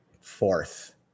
fourth